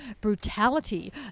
brutality